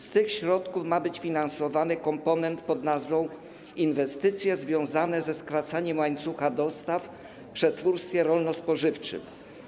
Z tych środków ma być finansowany komponent pod nazwą: inwestycje związane ze skracaniem łańcucha dostaw w przetwórstwie rolno-spożywczym.